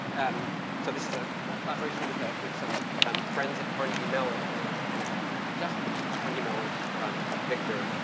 um so this is a, a collaboration with with some um friends at carnegie mellon and a, and a student who just moved from carnegie mellon um victor,